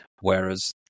Whereas